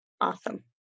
Awesome